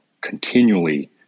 continually